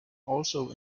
also